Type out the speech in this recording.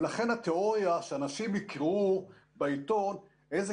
ולכן התיאוריה שאנשים יקראו בעיתון איזו